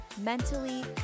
mentally